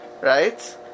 right